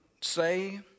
say